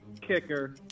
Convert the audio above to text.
kicker